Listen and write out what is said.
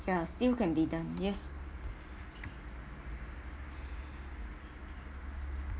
ya still can be done yes